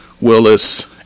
Willis